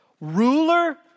Ruler